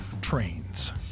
trains